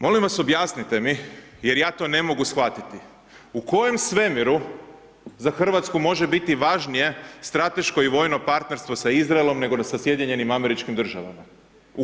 Molim vas objasnite mi jer ja to ne mogu shvatiti, u kojem svemiru za Hrvatsku može biti važnije strateško i vojno partnerstvo sa Izraelom nego sa SAD-om?